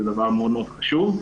זה דבר מאוד חשוב.